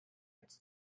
its